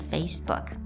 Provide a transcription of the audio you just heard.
Facebook